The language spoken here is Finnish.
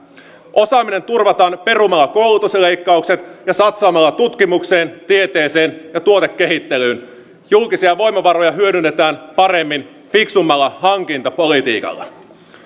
osaaminen turvataan perumalla koulutusleikkaukset ja satsaamalla tutkimukseen tieteeseen ja tuotekehittelyyn julkisia voimavaroja hyödynnetään paremmin fiksummalla hankintapolitiikalla